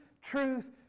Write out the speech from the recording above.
truth